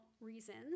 reasons